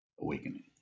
awakening